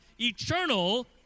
eternal